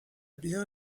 bien